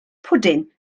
pwdin